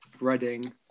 Reading